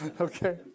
okay